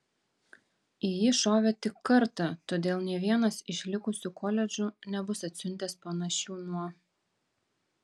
į jį šovė tik kartą todėl nė vienas iš likusių koledžų nebus atsiuntęs panašių nuo